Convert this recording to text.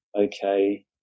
okay